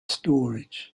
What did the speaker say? storage